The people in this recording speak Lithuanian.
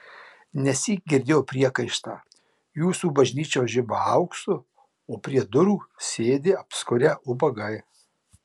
nesyk girdėjau priekaištą jūsų bažnyčios žiba auksu o prie durų sėdi apskurę ubagai